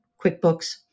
QuickBooks